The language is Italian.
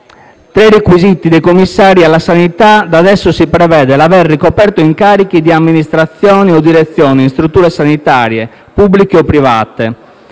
Tra i requisiti dei commissari alla sanità da adesso si prevede l'aver ricoperto incarichi di amministrazione o direzione di strutture sanitarie pubbliche o private